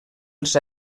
els